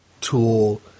tool